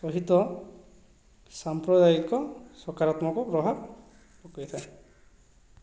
ସହିତ ସାମ୍ପ୍ରଦାୟିକ ସକାରାତ୍ମକ ପ୍ରଭାବ ପକାଇଥାଏ